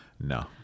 No